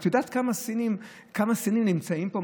את יודעת כמה סינים נמצאים פה?